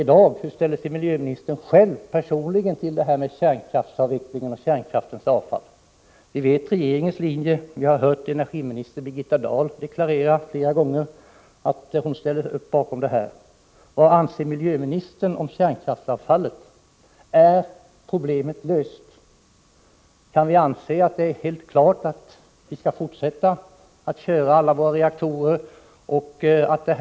Hur ställer sig miljöministern i dag till kärnkraftens avveckling och kärnkraftsavfallet? Vi vet regeringens linje. Vi har flera gånger hört energiminister Birgitta Dahl deklarera sin uppfattning. Vad anser miljöministern om kärnkraftsavfallet? Är detta problem löst? Kan vi anse det helt klart att vi skall fortsätta köra alla våra reaktorer?